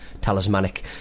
talismanic